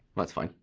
um it's fine,